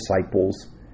disciples